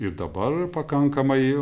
ir dabar pakankamai